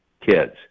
kids